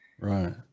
right